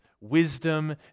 wisdom